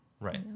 right